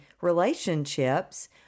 relationships